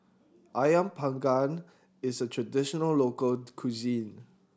Ayam Panggang is a traditional local cuisine